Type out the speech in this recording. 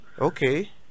okay